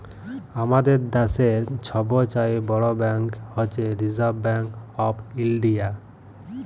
আমাদের দ্যাশের ছব চাঁয়ে বড় ব্যাংক হছে রিসার্ভ ব্যাংক অফ ইলডিয়া